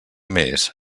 més